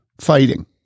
fighting